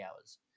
hours